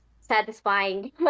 satisfying